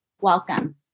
Welcome